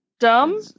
Dumb